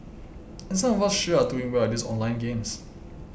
and some of us sure are doing well at these online games